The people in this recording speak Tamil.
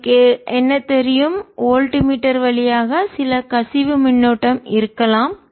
உங்களுக்கு என்ன தெரியும் வோல்ட் மீட்டர் வழியாக சில கசிவு மின்னோட்டம் இருக்கலாம்